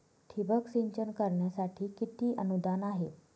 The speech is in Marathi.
ठिबक सिंचन करण्यासाठी किती अनुदान आहे?